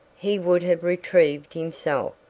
he would have retrieved himself.